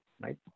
right